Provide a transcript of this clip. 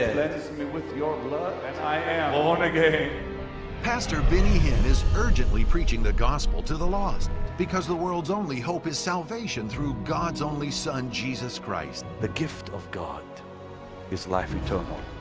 me with your blood and i am born-again. pastor benny hinn is urgently preaching the gospel to the lost because the world's only hope is salvation through god's only son, jesus christ. the gift of god is life eternal.